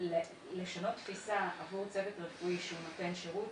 לשנות תפיסה עבור צוות רפואי שנותן שירות,